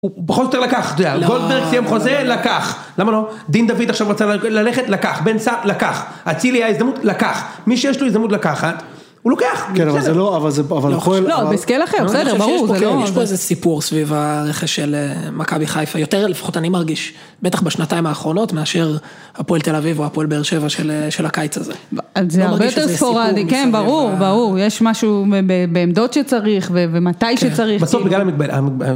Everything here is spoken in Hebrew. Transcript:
הוא פחות או יותר לקח, גולדברג סיום חוזה, לקח, למה לא, דין דוד עכשיו רצה ללכת, לקח, בן שם, לקח, אצלי היה לו הזדמנות, לקח, מי שיש לו הזדמנות לקחת, הוא לוקח, כן, אבל זה לא, אבל יכול, לא, בסקייל אחר, בסדר, ברור, יש פה איזה סיפור סביב הרכש של מכבי חיפה, יותר לפחות אני מרגיש, בטח בשנתיים האחרונות, מאשר הפועל תל אביב, או הפועל באר שבע של הקיץ הזה. זה הרבה יותר ספורדי, כן, ברור, ברור, יש משהו בעמדות שצריך, ומתי שצריך.